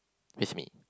miss me